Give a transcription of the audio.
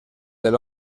del